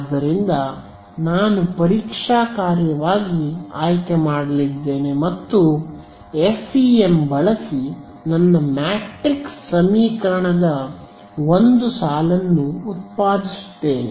ಆದ್ದರಿಂದ ನಾನು ಪರೀಕ್ಷಾ ಕಾರ್ಯವಾಗಿ ಆಯ್ಕೆ ಮಾಡಲಿದ್ದೇನೆ ಮತ್ತು FEM ಬಳಸಿ ನನ್ನ ಮ್ಯಾಟ್ರಿಕ್ಸ್ ಸಮೀಕರಣದ ಒಂದು ಸಾಲನ್ನು ಉತ್ಪಾದಿಸುತ್ತೇನೆ